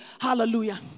Hallelujah